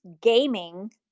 gaming